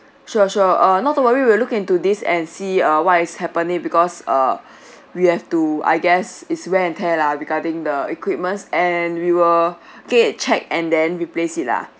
sure sure uh not to worry we will look into this and see uh what is happening because uh we have to I guess is wear and tear lah regarding the equipments and we will get it checked and then replace it lah